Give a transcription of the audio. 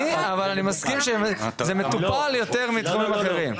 אבל אני מסכים שזה מטופל יותר מתחומים אחרים,